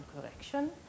correction